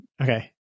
Okay